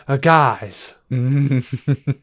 guys